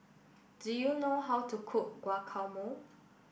do you know how to cook Guacamole